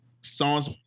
songs